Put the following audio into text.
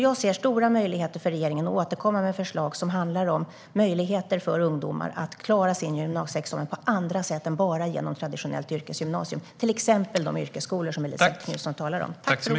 Jag ser stora möjligheter för regeringen att återkomma med förslag om möjligheter för ungdomar att klara sin gymnasieexamen på andra sätt än bara genom traditionellt yrkesgymnasium, till exempel de yrkesskolor som Elisabet Knutsson talar om.